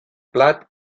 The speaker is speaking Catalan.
plat